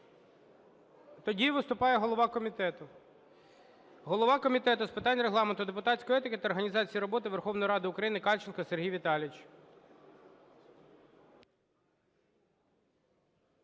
Тоді виступає голова комітету. Голова Комітету з питань Регламенту, депутатської етики та організації роботи Верховної Ради України Кальченко Сергій Віталійович.